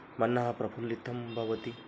मनः प्रफुल्लितं भवति